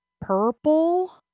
purple